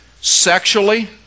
sexually